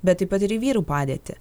bet taip pat ir vyrų padėtį